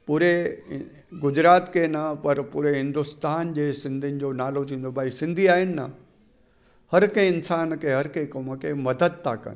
पूरे गुजरात खे न पर पूरे हिंदुस्तान जे सिंधियुनि जो नालो थींदो भाई सिंधी आहिनि न हर कंहिं इंसान खे हर कैं क़ौम खे मदद था कनि